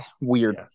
Weird